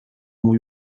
mój